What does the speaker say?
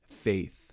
faith